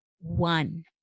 One